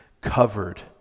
covered